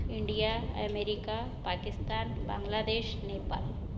India America Pakistan Bangladesh Nepal